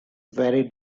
very